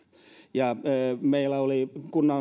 meillä oli